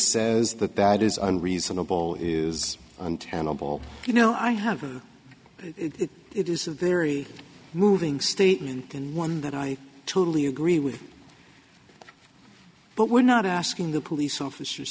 says that that is unreasonable is untenable you know i have a it is a very moving statement and one that i totally agree with but we're not asking the police officers